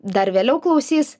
dar vėliau klausys